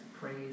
praise